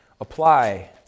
Apply